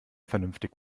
vernünftig